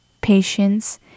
patience